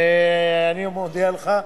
אני מודיע לך.